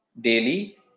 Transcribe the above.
daily